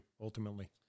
ultimately